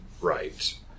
right